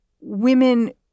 women